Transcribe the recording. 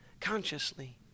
consciously